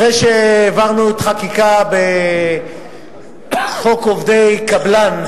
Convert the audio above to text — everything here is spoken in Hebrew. אחרי שהעברנו את החקיקה בחוק עובדי קבלן,